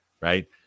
right